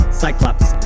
cyclops